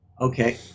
okay